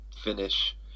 finish